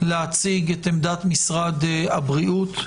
להציג את עמדת משרד הבריאות,